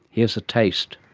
here's a taste.